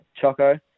Choco